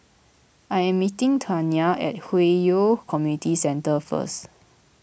I am meeting Tawnya at Hwi Yoh Community Centre first